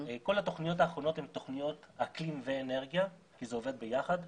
כל התוכניות האחרונות הן תוכניות אקלים ואנרגיה כי זה עובד ביחד.